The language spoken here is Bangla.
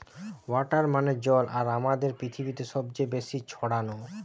ওয়াটার মানে জল আর আমাদের পৃথিবীতে সবচে বেশি ছড়ানো